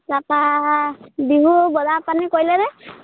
তাৰপৰা বিহু বজাৰ পাতি কৰিলেনে